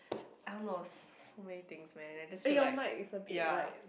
I don't know so many things man I just feel like ya